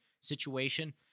situation